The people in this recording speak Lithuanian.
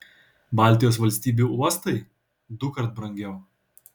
baltijos valstybių uostai dukart brangiau